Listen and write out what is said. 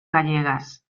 gallegas